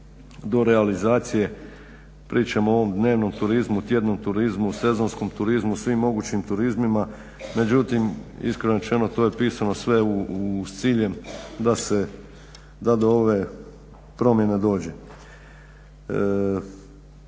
do realizacije. Pričam o ovom dnevnom turizmu, tjednom turizmu, sezonskom turizmu, svim mogućim turizmima. Međutim, iskreno rečeno to je pisano sve s ciljem da se, da do ove promjene dođe.